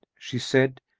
she said,